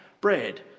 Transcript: bread